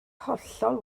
hollol